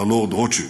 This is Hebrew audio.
ללורד רוטשילד.